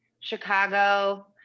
Chicago